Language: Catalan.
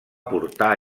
portar